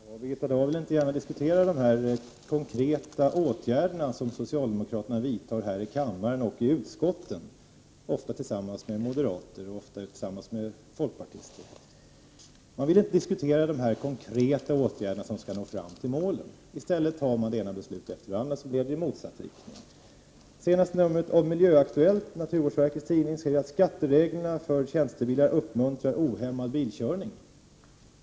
Herr talman! Birgitta Dahl vill inte gärna diskutera de konkreta åtgärder som blir följden av de beslut som fattas här i kammaren och i utskotten av socialdemokrater, ofta tillsammans med moderater och folkpartister. Man vill inte diskutera de konkreta åtgärder som skall leda fram till målen. Man fattar i stället det ena beslutet efter det andra som leder i motsatt riktning. I det senaste numret att Miljöaktuellt, naturvårdsverkets tidning, skriver man att skattereglerna för tjänstebilar uppmuntrar ohämmad bilkörning.